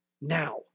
now